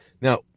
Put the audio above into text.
Now